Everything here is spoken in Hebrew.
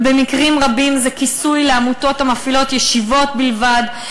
ובמקרים רבים זה כיסוי לעמותות המפעילות ישיבות בלבד,